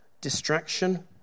distraction